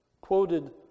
quoted